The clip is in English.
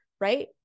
right